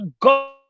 God